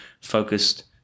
focused